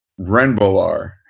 Renbolar